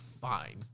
fine